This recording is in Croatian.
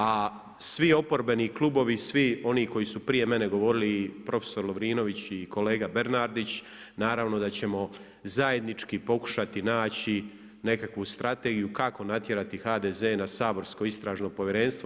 A svi oporbeni klubovi, svi oni koji su prije mene govorili i profesor Lovrinović i kolega Bernardić, naravno da ćemo zajednički pokušati naći nekakvu strategiju kako natjerati HDZ na saborsko Istražno povjerenstvo.